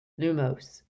Lumos